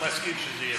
הוא מסכים שזה יהיה אצלי.